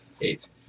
Eight